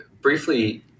briefly